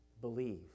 believe